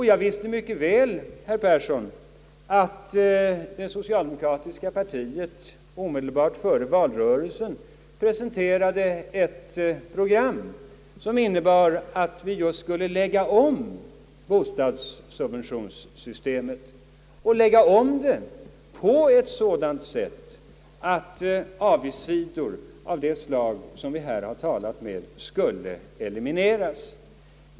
Jag visste mycket väl, herr Persson, att det socialdemokratiska partiet omedelbart före valrörelsen presenterade ett program som innebar att ni skulle lägga om bostadssubventionssystemet på sådant sätt att avigsidor av det slag som vi här har talat om skulle elimineras.